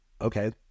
Okay